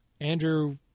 Andrew